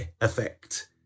effect